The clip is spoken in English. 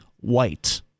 White